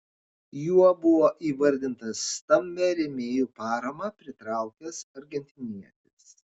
juo buvo įvardintas stambią rėmėjų paramą pritraukęs argentinietis